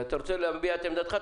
אתה רוצה להביע את עמדתך?